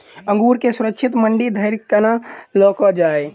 अंगूर केँ सुरक्षित मंडी धरि कोना लकऽ जाय?